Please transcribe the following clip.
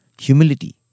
humility